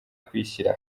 kwishyira